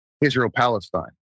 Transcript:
Israel-Palestine